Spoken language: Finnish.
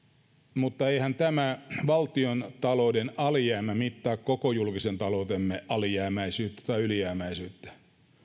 mutta eihän tämä valtiontalouden alijäämä mittaa koko julkisen taloutemme alijäämäisyyttä tai ylijäämäisyyttä mehän